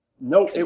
Nope